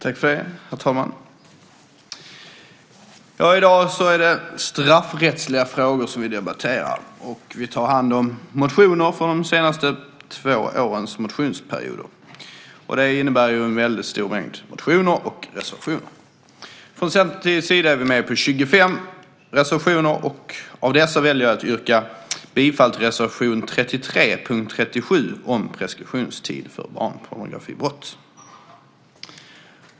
Herr talman! I dag är det straffrättsliga frågor som vi debatterar. Vi tar hand om motioner från de senaste två årens motionsperioder. Det innebär en väldigt stor mängd motioner och reservationer. Från Centerpartiets sida är vi med på 25 reservationer. Av dessa väljer jag att yrka bifall till reservation 33 under punkt 37 om preskriptionstid för barnpornografibrott.